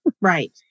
right